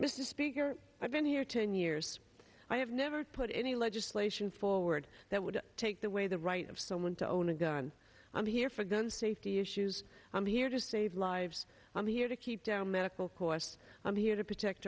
mr speaker i've been here ten years i have never put any legislation forward that would take the way the right of someone to own a gun on here for gun safety issues i'm here to save lives on here to keep down medical costs i'm here to protect